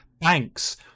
banks